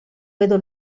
vedo